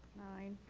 nine.